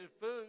food